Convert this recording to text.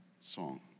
song